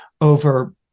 over